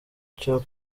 cyo